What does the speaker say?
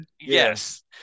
yes